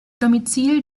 domizil